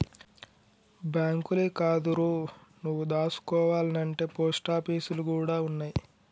బాంకులే కాదురో, నువ్వు దాసుకోవాల్నంటే పోస్టాపీసులు గూడ ఉన్నయ్